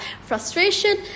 frustration